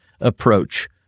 approach